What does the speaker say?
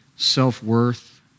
self-worth